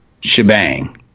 shebang